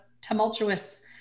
tumultuous